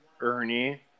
Ernie